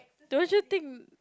don't you think